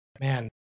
man